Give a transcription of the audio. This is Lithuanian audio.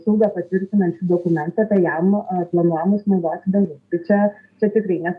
saugą patvirtinančių dokumentų apie jam planuojamus naudoti dažus tai čia čia tikrai ne